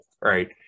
right